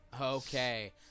Okay